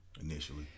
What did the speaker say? initially